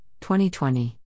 2020